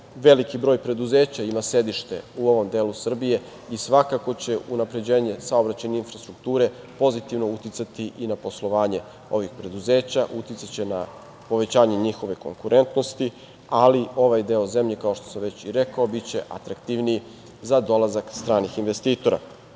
veliki broj preduzeća ima sedište u ovom delu Srbije i svakako će unapređenje saobraćajne infrastrukture pozitivno uticati na poslovanje ovih preduzeća, uticaće na povećanje njihove konkurentnosti, ali ovaj deo zemlje, kao što sam već rekao biće atraktivniji za dolazak stranih investitora. Možemo